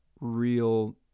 real